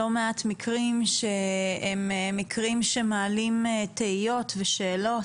לא מעט מקרים שמעלים תהיות ושאלות,